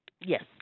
Yes